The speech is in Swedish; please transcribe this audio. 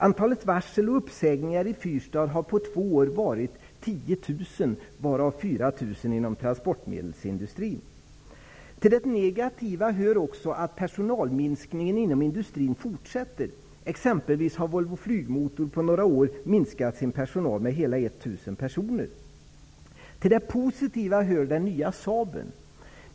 Antalet varsel och uppsägningar i Fyrstadsregionen har på två år varit 10 000, varav Till det negativa hör också att personalminskningen inom industrin fortsätter. Volvo Flygmotor har t.ex. på några år minskat sin personal med hela 1 000 personer. Till det positiva hör den nya Saaben.